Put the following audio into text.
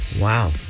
wow